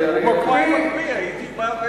אם הוא היה מקפיא הייתי בא,